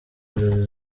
inzozi